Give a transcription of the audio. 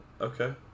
Okay